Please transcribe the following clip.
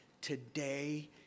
today